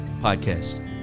podcast